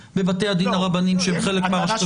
בבתי הדין הרבניים שהם חלק מהרשות השופטת.